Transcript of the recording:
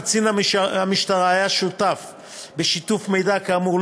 קצין המשטרה אשר היה שותף בשיתוף מידע כאמור,